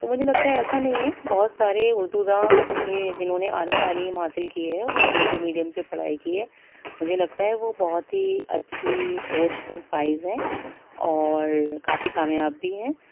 تو مجھے لگتا ہے ایسا نہیں ہے بہت سارے اردو داں اچھے جنہوں نے اعلیٰ تعلیم حاصل كی ہے اور اردو میڈیم سے پڑھائی کی ہے مجھے لگتا ہے کہ وہ بہت ہی اچھی پوسٹ پر فائز ہیں اور کافی کامیاب بھی ہیں